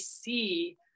see